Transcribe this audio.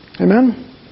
Amen